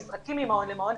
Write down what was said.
או נזרקים ממעון למעון,